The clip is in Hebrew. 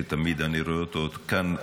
שתמיד אני רואה אותו כאן,